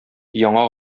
яңа